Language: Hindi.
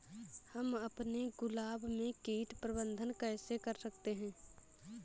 हम अपने गुलाब में कीट प्रबंधन कैसे कर सकते है?